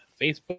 facebook